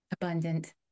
Abundant